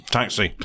Taxi